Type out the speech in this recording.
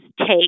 take